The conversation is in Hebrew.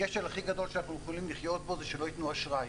הכשל הכי גדול שאנחנו יכולים לחיות בו זה שלא יתנו אשראי.